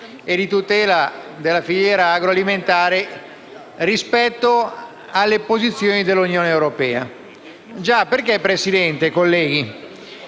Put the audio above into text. e di tutela della filiera agroalimentare rispetto alle posizioni dell'Unione europea.